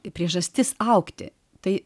priežastis augti tai